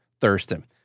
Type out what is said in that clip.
Thurston